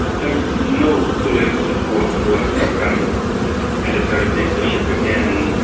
there is no political support for some kind of military dictatorship again,